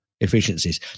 Efficiencies